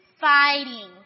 fighting